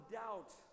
doubt